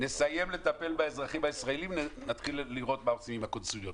נסיים לטפל באזרחים הישראלים ונתחיל לראות מה עושים עם הקונסוליות.